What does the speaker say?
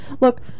Look